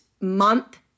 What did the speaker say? month